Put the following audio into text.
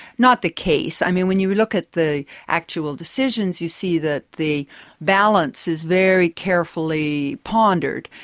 not the case, i mean, when you look at the actual decisions you see that the balance is very carefully pondered,